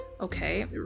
Okay